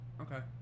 Okay